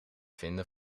vinden